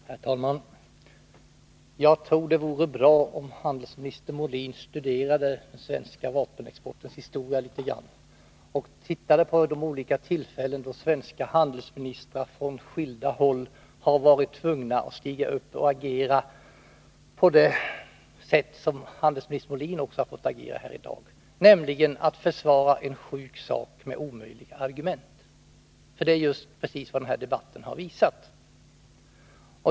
Herr talman! Jag tror att det vore bra, om handelsminister Molin litet grand studerade den svenska vapenexportens historia och framför allt de olika tillfällen då svenska handelsministrar från skilda håll har varit tvungna attstiga upp och agera på det sätt som handelsminister Molin har fått göra här i dag, nämligen försvara en sjuk sak med omöjliga argument. Det är nämligen precis vad denna debatt har visat.